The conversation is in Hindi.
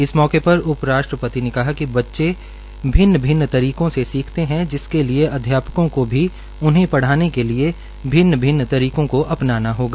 इस मौके पर उप राष्ट्रपति ने कहा कि बच्चे विभिन्न तरीकों से सीखते है जिसके लिए अध्यापकों को भी उन्हें पढ़ाने के लिए भिन्न भिनन तरीकों को अपनाना होगा